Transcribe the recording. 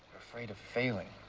afraid of failing.